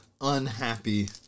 unhappy